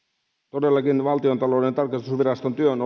puhemies valtiontalouden tarkastusviraston työ on